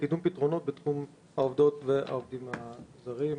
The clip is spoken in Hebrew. לקידום פתרונות בתחום העובדות והעובדים הזרים בסיעודיים.